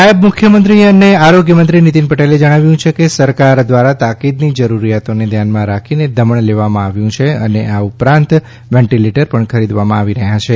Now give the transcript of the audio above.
નાયબ મુખ્યમંત્રી અને આરોગ્યમંત્રી નીતિન પટેલે જણાવ્યું છે કે સરકાર દ્વારા તાકીદની જરૂરિયાતને ધ્યાનમાં રાખીને ધમણ લેવામાં આવ્યું છે અને આ ઉરાંત વેન્ટીલેટર પણ ખરીદવામાં આવી રહ્યાં છે